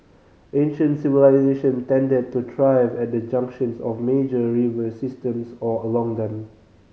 ancient civilisation tended to thrive at the junctions of major river systems or along them